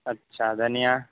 अच्छा धनिया